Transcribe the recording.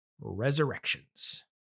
resurrections